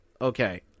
Okay